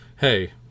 hey